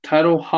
Title